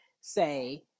say